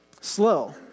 slow